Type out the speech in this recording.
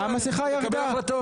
אופיר, המסכה ירדה.